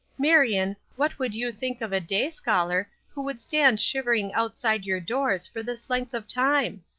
marion, what would you think of a day-scholar who would stand shivering outside your doors for this length of time?